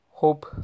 Hope